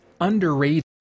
Underrated